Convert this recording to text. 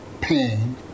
pain